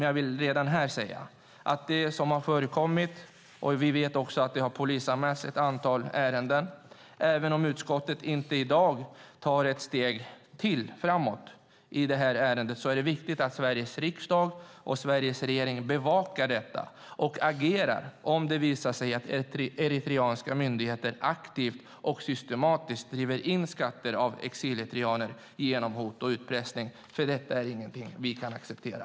Jag vill dock redan här säga - vi vet att ett antal ärenden har polisanmälts - att även om utskottet i dag inte tar ett steg framåt i det här ärendet är det viktigt att Sveriges riksdag och regering bevakar det och agerar om det visar sig att eritreanska myndigheter aktivt och systematiskt genom hot och utpressning driver in skatter av exileritreaner. Det är ingenting som vi kan acceptera.